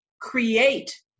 create